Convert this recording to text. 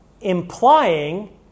implying